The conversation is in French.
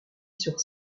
sur